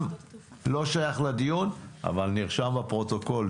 זה לא שייך לדיון, אבל נרשם בפרוטוקול.